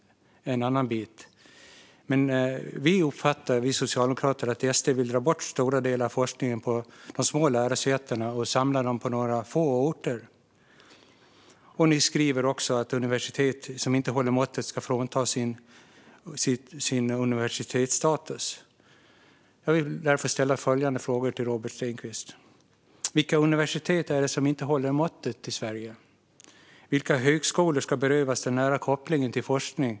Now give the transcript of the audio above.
Men vi socialdemokrater uppfattar att SD vill dra bort stora delar av forskningen på de små lärosätena och samla den på några få orter. Sverigedemokraterna skriver också att universitet som inte håller måttet ska fråntas sin universitetsstatus. Jag vill därför ställa följande frågor till Robert Stenkvist: Vilka universitet är det som inte håller måttet i Sverige? Vilka högskolor ska berövas den nära kopplingen till forskning?